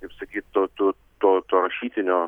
kaip sakyt to to to to rašytinio